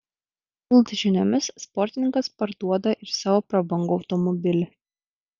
bild žiniomis sportininkas parduoda ir savo prabangų automobilį